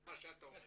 זה מה שאתה אומר?